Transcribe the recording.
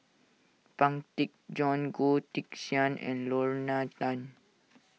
Pang Teck Joon Goh Teck Sian and Lorna Tan